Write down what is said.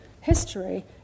History